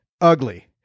ugly